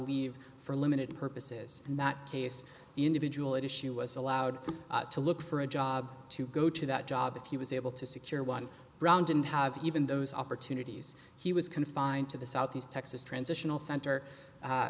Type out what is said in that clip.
leave for limited purposes and that case the individual at issue was allowed to look for a job to go to that job that he was able to secure one brown didn't have even those opportunities he was confined to the southeast texas transitional center